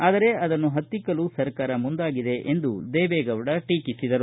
ಆದರೆ ಅದನ್ನು ಹತ್ತಿಕ್ಕಲು ಸರ್ಕಾರ ಮುಂದಾಗಿದೆ ಎಂದು ದೇವೆಗೌಡ ಟೀಕಿಸಿದರು